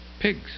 pigs